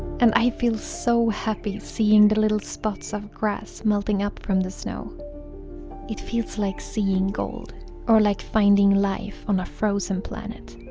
and i feel so happy seeing the little spots of grass melting up from the snow it feels like seeing gold or like finding life on a frozen planet